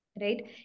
right